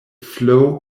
flow